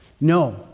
No